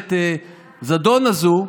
ממשלת הזדון הזאת,